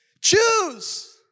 choose